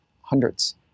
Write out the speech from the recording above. hundreds